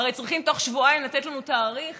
והרי צריכים תוך שבועיים לתת לנו תאריך,